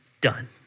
done